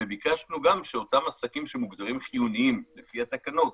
וביקשנו גם שאותם עסקים שמוגדרים חיוניים לפי התקנות,